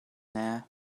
there